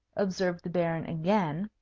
observed the baron again,